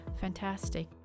fantastic